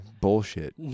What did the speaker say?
bullshit